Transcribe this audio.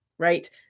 right